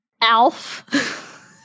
Alf